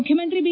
ಮುಖ್ಯಮಂತ್ರಿ ಬಿ